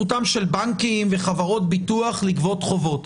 לתקופה של שנה או שנתיים רוצים לבדוק רף אחד של מסננת.